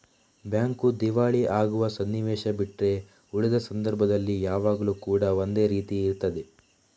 bank ದಿವಾಳಿ ಆಗುವ ಸನ್ನಿವೇಶ ಬಿಟ್ರೆ ಉಳಿದ ಸಂದರ್ಭದಲ್ಲಿ ಯಾವಾಗ್ಲೂ ಕೂಡಾ ಒಂದೇ ರೀತಿ ಇರ್ತದೆ